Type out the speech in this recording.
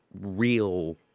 real